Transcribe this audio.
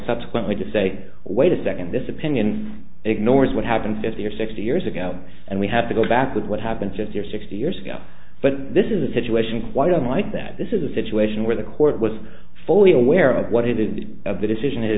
subsequently to say wait a second this opinion ignores what happened fifty or sixty years ago and we have to go back with what happened fifty or sixty years ago but this is a situation quite unlike that this is a situation where the court was fully aware of what it did the decision i